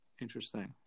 Interesting